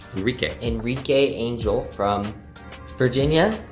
enrique. enrique angel from virginia.